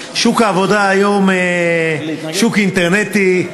שוק העבודה היום הוא שוק אינטרנטי.